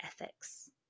ethics